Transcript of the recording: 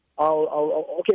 okay